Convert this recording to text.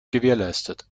gewährleistet